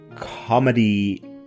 comedy